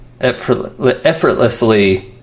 effortlessly